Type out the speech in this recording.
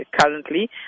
currently